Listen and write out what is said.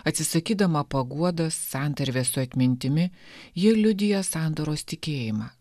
atsisakydama paguodos santarvės su atmintimi ji liudija sandoros tikėjimą